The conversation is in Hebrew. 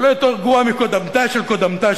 ולא יותר גרועה מקודמתה של קודמתה של